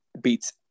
beats